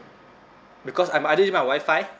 because I'm either using my wifi